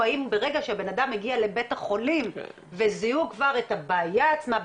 או האם ברגע שהבן אדם הגיע לבית החולים וזיהו כבר את הבעיה עצמה,